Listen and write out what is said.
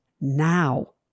now